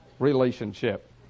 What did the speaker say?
relationship